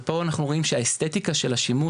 ופה אנחנו רואים שהאסטטיקה של השימוש,